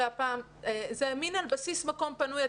זה על בסיס מקום פנוי.